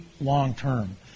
long-term